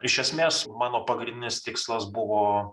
iš esmės mano pagrindinis tikslas buvo